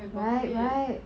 right right